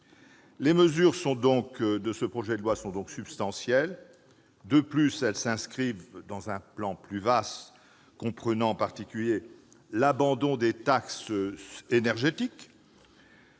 Les mesures de ce projet de loi sont donc substantielles. De plus, elles s'inscrivent dans un plan plus vaste comprenant en particulier l'abandon des augmentations